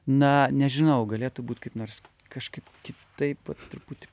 na nežinau galėtų būt kaip nors kažkaip kitaip truputį